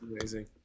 amazing